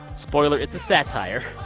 spoiler it's a satire.